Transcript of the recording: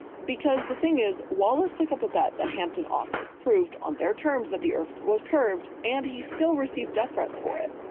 because the thing is, wallace took up a bet that hampden offered, proved on their terms that the earth was curved and he still received death threats for it.